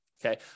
Okay